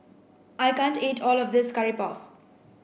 I can't eat all of this curry puff